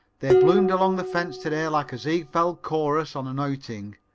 they bloomed along the fence today like a ziegfeld chorus on an outing.